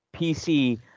PC